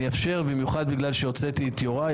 אאשר, במיוחד בגלל שהוצאתי את יוראי.